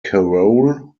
carole